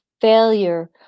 failure